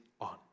on